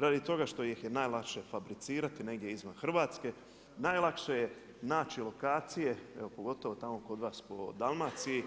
Radi toga što ih je najlakše fabricirati negdje izvan Hrvatske, najlakše je naći lokacije, evo pogotovo tamo kod vas po Dalmaciji,